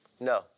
No